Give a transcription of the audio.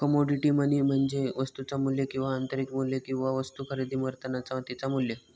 commodity money म्हणजे वस्तुचा मू्ल्य किंवा आंतरिक मू्ल्य किंवा वस्तु खरेदी करतानाचा तिचा मू्ल्य